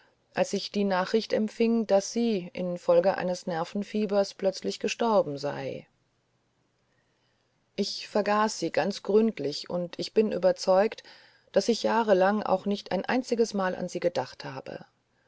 als ich die nachricht empfing daß sie infolge eines nervenfiebers plötzlich gestorben sei ich vergaß sie ganz gründlich und ich bin überzeugt daß ich jahrelang auch nicht ein einziges mal an sie gedacht habe